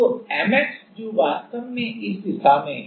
तो Mx जो वास्तव में इस दिशा में है